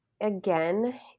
again